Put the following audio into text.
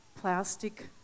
plastic